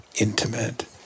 intimate